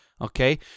Okay